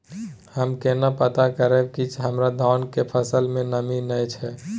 हम केना पता करब की हमर धान के फसल में नमी नय छै?